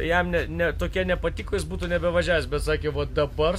jam ne ne tokie nepatiko jis būtų nebevažiavęs bet sakė vot dabar